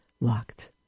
locked